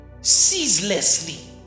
ceaselessly